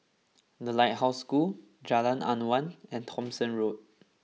The Lighthouse School Jalan Awan and Thomson Road